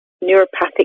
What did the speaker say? neuropathic